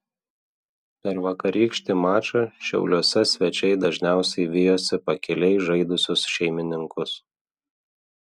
per vakarykštį mačą šiauliuose svečiai dažniausiai vijosi pakiliai žaidusius šeimininkus